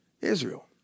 Israel